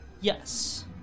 Yes